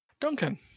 Duncan